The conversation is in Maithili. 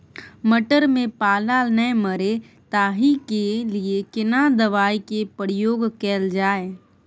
मटर में पाला नैय मरे ताहि के लिए केना दवाई के प्रयोग कैल जाए?